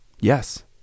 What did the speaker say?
yes